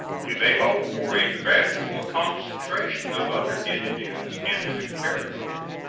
we may hope for a gradual concentration of other indians in the new territory.